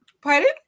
Pardon